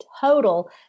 total